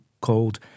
called